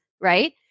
Right